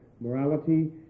morality